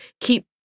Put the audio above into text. keep